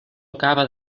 acaba